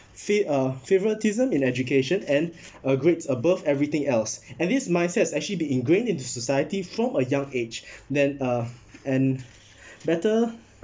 fa~ uh favouritism in education and uh grades above everything else and these mindsets actually been ingrained into society from a young age then uh and better